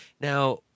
Now